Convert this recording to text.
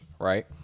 right